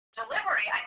delivery